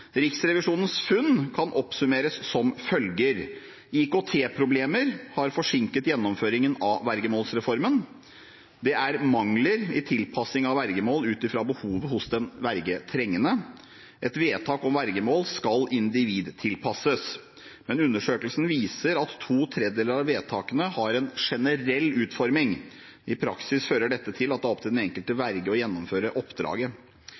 Riksrevisjonens funn kan oppsummeres som følger: IKT-problemer har forsinket gjennomføringen av vergemålsreformen. Det er mangler i tilpassing av vergemål ut fra behovet hos den vergetrengende. Et vedtak om vergemål skal individtilpasses. Men undersøkelsen viser at to tredjedeler av vedtakene har en generell utforming. I praksis fører dette til at det er opp til den enkelte verge å gjennomføre oppdraget.